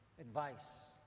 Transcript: advice